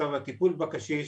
מצב הטיפול בקשיש,